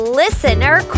listener